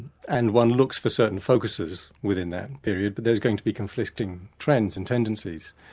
and one looks for certain focuses within that period, but there's going to be conflicting trends and tendencies.